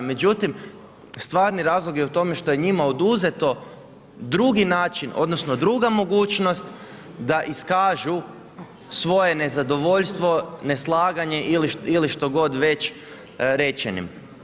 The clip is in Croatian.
Međutim, stvarni razlog je u tome što je njima oduzet drugi način odnosno druga mogućnost da iskažu svoje nezadovoljstvo, neslaganje ili što god već rečenim.